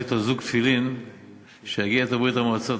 אתו זוג תפילין שיגיע אתו לברית-המועצות.